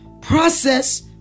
process